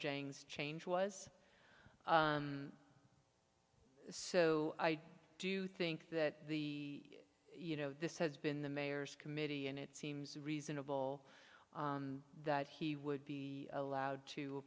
jang change was so i do think that the you know this has been the mayor's committee and it seems reasonable that he would be allowed